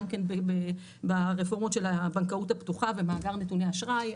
גם ברפורמות של הבנקאות הפתוחה ומאגר נתוני אשראי,